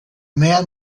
man